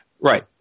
Right